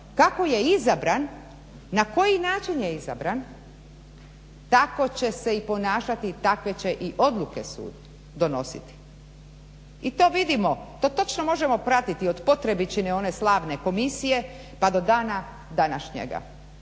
kako je izabran, na koji način je izabran tako će se i ponašati, takve će i odluke sud donositi. I to vidimo to točno možemo pratiti od potrebične one slavne komisije pa do dana današnjega.